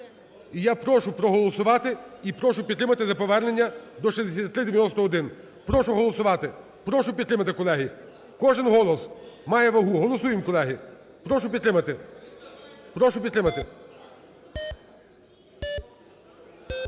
я прошу проголосувати, і прошу підтримати за повернення до 6391. Прошу голосувати. Прошу підтримати, колеги. Кожен голос має вагу. Голосуємо, колеги. Прошу підтримати. Прошу підтримати.